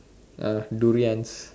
uh durians